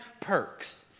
perks